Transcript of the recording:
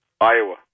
Iowa